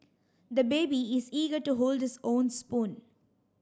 the baby is eager to hold his own spoon